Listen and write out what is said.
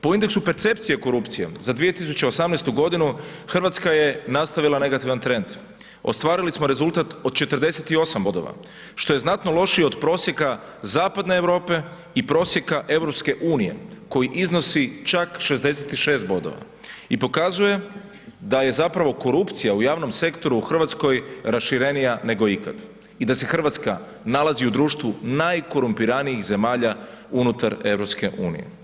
Po indeksu percepcije korupcije za 2018. godinu Hrvatska je nastavila negativan trend, ostvarili smo rezultat od 48 bodova što je znatno lošije od prosjeka Zapadne Europe i prosjeka EU koji iznosi čak 66 bodova i pokazuje da je korupcija u javnom sektoru u Hrvatskoj raširenija nego ikad i da se Hrvatska nalazi u društvu najkorumpiranijih zemalja unutar EU.